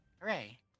Hooray